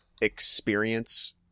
experience